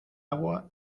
agua